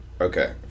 okay